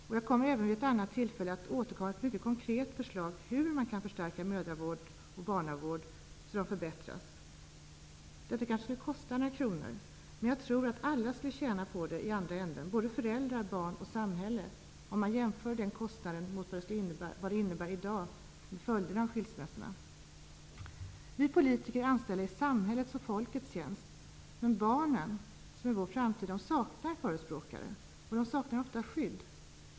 Vid ett annat tillfälle kommer jag även att återkomma med ett mycket konkret förslag om hur mödra och barnavården kan förstärkas så att den förbättras. Kanske kommer det att kosta några kronor. Men jag tror att vi skulle finna att alla skulle tjäna på det i andra änden, både föräldrar, barn och samhälle, om man jämför den kostnaden med vad följderna av skilsmässorna i dag kostar. Vi politiker är anställda i samhällets och folkets tjänst. Men barnen, som är vår framtid, saknar förespråkare. De saknar ofta även skydd.